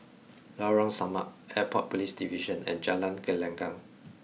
Lorong Samak Airport Police Division and Jalan Gelenggang